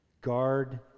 guard